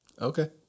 okay